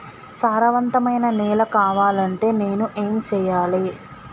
సారవంతమైన నేల కావాలంటే నేను ఏం చెయ్యాలే?